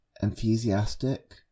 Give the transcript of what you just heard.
enthusiastic